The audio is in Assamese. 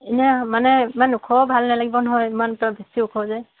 এনে মানে ইমান ওখও ভাল নালাগিব নহয় ইমান তই বেছি ওখ যে